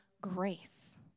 grace